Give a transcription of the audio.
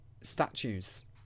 statues